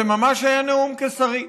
זה ממש היה נאום קיסרי.